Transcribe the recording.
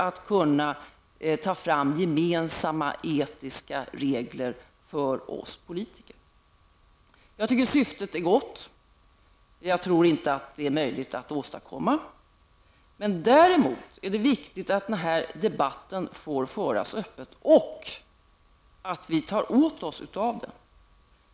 Jag tycker att syftet är gott, men jag tror inte att det är möjligt att genomföra. Däremot är det viktigt att debatten får föras öppet och att vi tar åt oss av den.